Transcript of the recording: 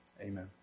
Amen